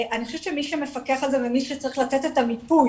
אני חושבת שמי שמפקח על זה ומי שצריך לתת את המיפוי,